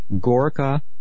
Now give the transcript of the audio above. gorka